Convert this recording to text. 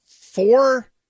four